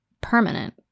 permanent